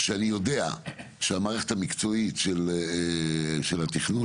כשאני יודע שהמערכת המקצועית של התכנון,